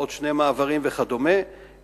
בעוד שני מעברים וכדומה,